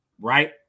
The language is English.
right